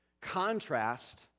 contrast